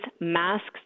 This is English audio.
masks